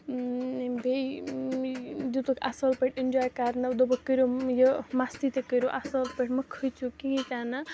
بیٚیہِ دِتُکھ اَصٕل پٲٹھۍ اِنجاے کَرنہٕ دوٚپُکھ کٔرِو یہِ مستی تہِ کٔرِو اَصٕل پٲٹھۍ مہٕ کھٲژِو کِہیٖنۍ تہِ نہٕ